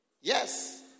Yes